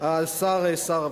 שר הרווחה.